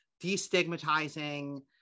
destigmatizing